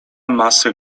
masy